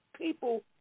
people